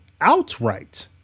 outright